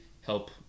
help